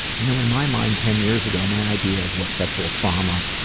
you know in my mind, ten years ago, my idea of what sexual trauma,